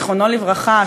זיכרונו לברכה,